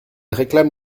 réclame